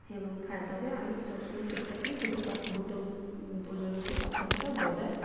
এবং হ্যাঁ তবে আমি সবসময় চেষ্টা করি দুটো দুটো প্রজন্মের মধ্যে পার্থক্যটা বজায়